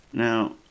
Now